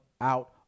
out